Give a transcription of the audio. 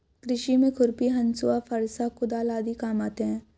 कृषि में खुरपी, हँसुआ, फरसा, कुदाल आदि काम आते है